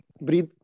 breathe